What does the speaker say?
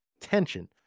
tension